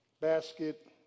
basket